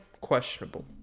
questionable